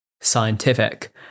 scientific